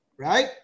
right